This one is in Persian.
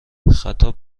خطاب